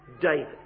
David